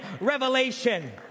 revelation